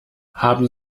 haben